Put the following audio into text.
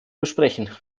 besprechen